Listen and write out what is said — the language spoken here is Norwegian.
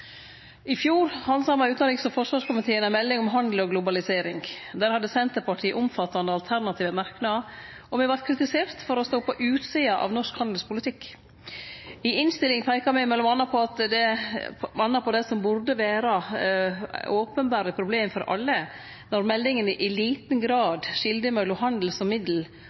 I fjor handsama utanriks- og forsvarskomiteen ei melding om handel og globalisering. Der hadde Senterpartiet omfattande alternative merknader, og me vart kritiserte for å stå på utsida av norsk handelspolitikk. I innstillinga peika me m.a. på det som burde vere openberre problem for alle, når meldinga i liten grad skilde mellom handel som middel